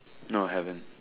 no haven't